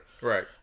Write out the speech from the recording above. right